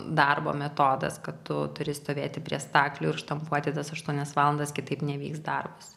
darbo metodas kad tu turi stovėti prie staklių ir štampuoti tas aštuonias valandas kitaip nevyks darbas